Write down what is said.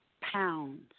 pounds